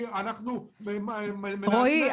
רועי,